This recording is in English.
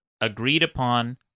agreed-upon